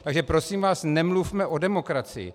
Takže prosím vás nemluvme o demokracii.